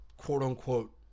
quote-unquote